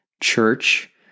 church